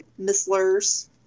misslers